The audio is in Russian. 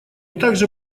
также